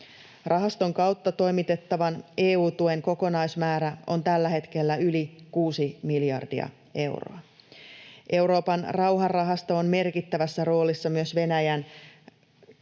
Rahaston kautta toimitettavan EU-tuen kokonaismäärä on tällä hetkellä yli kuusi miljardia euroa. Euroopan rauhanrahasto on merkittävässä roolissa myös Venäjän